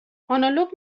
آنالوگ